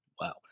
Wow